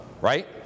right